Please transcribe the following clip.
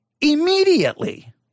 immediately